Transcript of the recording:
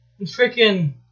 freaking